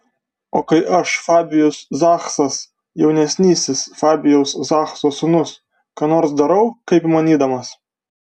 o kai aš fabijus zachsas jaunesnysis fabijaus zachso sūnus ką nors darau kaip įmanydamas